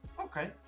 Okay